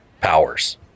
Powers